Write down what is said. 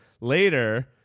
later